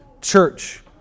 church